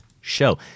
show